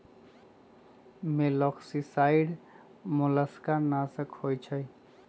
मोलॉक्साइड्स मोलस्का नाशक होइ छइ